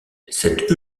cette